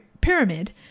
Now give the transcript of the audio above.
pyramid